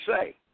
say